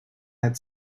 had